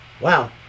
wow